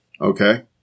okay